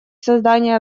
создание